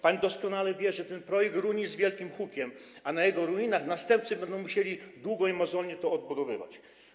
Pani doskonale wie, że ten projekt runie z wielkim hukiem, a na jego ruinach następcy będą musieli długo i mozolnie to odbudowywać.